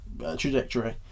trajectory